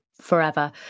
forever